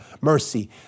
Mercy